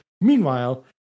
Meanwhile